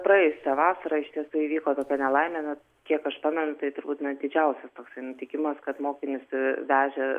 praėjusią vasarą ištisai įvyko tokia nelaimė kiek aš pamenu tai turbūt na didžiausias toksai nutikimas kad mokinius vežė